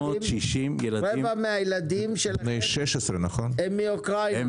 מהילדים שלהם הם מאוקראינה.